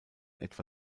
etwa